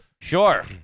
Sure